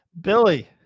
Billy